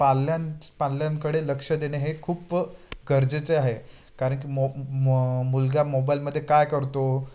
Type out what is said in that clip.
पाल्यांच पालल्यांकडे लक्ष देणे हे खूप गरजेचे आहे कारण की मो मुलगा मोबाईलमध्ये काय करतो